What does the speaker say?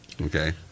Okay